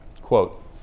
Quote